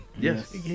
Yes